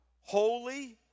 holy